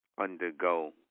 undergo